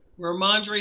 Ramondre